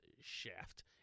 shaft